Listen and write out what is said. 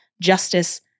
justice